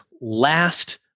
last